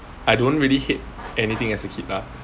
I don't really hate anything as a kid lah